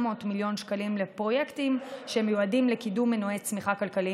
מיליון שקלים לפרויקטים שמיועדים לקידום מנועי צמיחה כלכליים